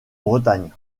bretagne